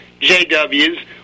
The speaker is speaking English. JWs